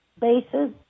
bases